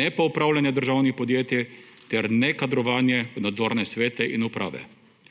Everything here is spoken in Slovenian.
ne pa upravljanja državnih podjetij ter ne kadrovanje v nadzorne svete in uprave.